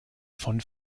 von